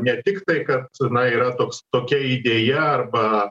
ne tik tai kad na yra toks tokia idėja arba